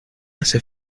hace